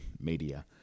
media